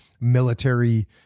military